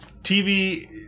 TV